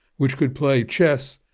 which could play chess,